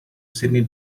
sidney